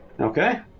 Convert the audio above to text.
Okay